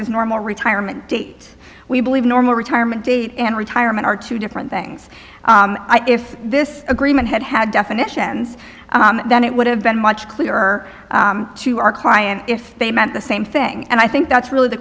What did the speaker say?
his normal retirement date we believe normal retirement date and retirement are two different things if this agreement had had definitions then it would have been much clearer to our client if they meant the same thing and i think that's really the